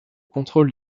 contrôle